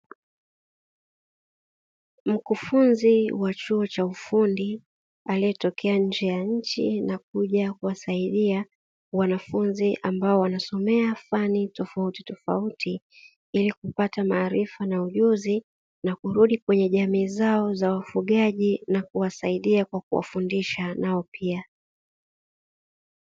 Mkufunzi wa chuo cha ufundi aliyetokea nje ya nchi na kuja kuwasaidia wanafunzi ambao wanasomea fani tofautitofauti, ili kupata maarifa na ujuzi na kurudi kwenye jamii zao za wafugaji na kuwasaidia kwa kuwafundisha nao pia.